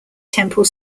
temple